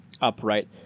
upright